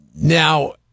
Now